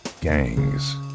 gangs